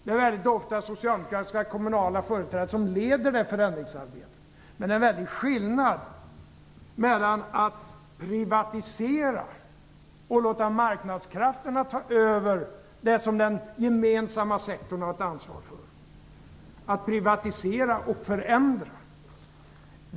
Det är ofta socialdemokratiska kommunala företrädare som leder det förändringsarbetet. Men det är en väldig skillnad mellan att privatisera, och låta marknadskrafterna ta över det som den gemensamma sektorn har ett ansvar för, och att förändra.